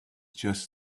just